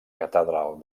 catedral